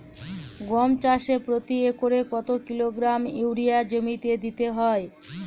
গম চাষে প্রতি একরে কত কিলোগ্রাম ইউরিয়া জমিতে দিতে হয়?